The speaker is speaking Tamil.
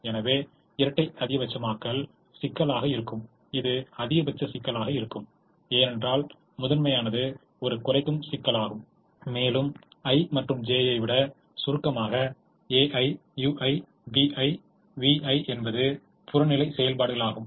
எனவே இரட்டை அதிகபட்சமயமாக்கல் சிக்கலாக இருக்கும் இது அதிகபட்ச சிக்கலாக இருக்கும் ஏனென்றால் முதன்மையானது ஒரு குறைக்கும் சிக்கலாகும் மேலும் i மற்றும் j ஐ விட சுருக்கமாக ai ui bj vj என்பது புறநிலை செயல்பாடுகளாகும்